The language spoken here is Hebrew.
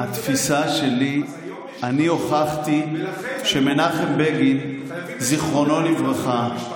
היום --- חייבים לשנות את בית המשפט.